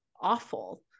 awful